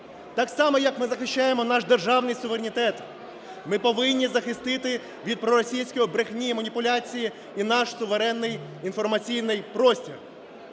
Так само, як ми захищаємо наш державний суверенітет, ми повинні захистити від проросійської брехні, маніпуляції і наш суверенний інформаційний простір.